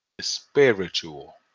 spiritual